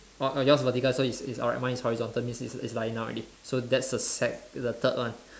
oh oh yours vertical so it's it's upright mine is horizontal means it's it's lying down already so that's the sec~ the third one